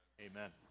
Amen